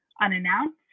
unannounced